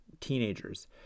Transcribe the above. teenagers